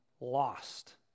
lost